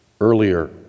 earlier